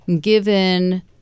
given